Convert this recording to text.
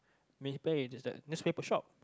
there's paper shop